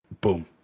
Boom